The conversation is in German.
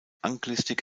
anglistik